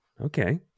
okay